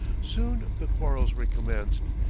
soon the quarrels recommenced,